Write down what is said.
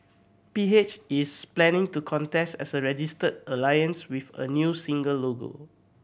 P H is planning to contest as a registered alliance with a new single logo